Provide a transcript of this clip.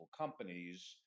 companies